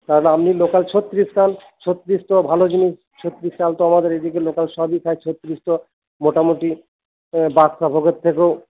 তাহলে আপনি লোকাল ছত্রিশ খান ছত্রিশ তো ভালো জিনিস ছত্রিশ চাল তো আমাদের এদিকে লোকাল সবই খায় ছত্রিশ তো মোটামুটি বাদশাভোগের থেকেও